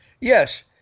Yes